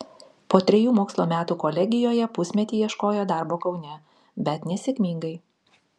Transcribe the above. po trejų mokslo metų kolegijoje pusmetį ieškojo darbo kaune bet nesėkmingai